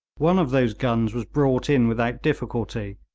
one of those guns was brought in without difficulty,